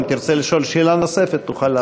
אם תרצה לשאול שאלה נוספת, תוכל לעשות זאת.